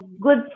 good